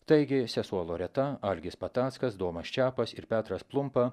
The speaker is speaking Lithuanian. taigi sesuo loreta algis patackas domas čepas ir petras plumpa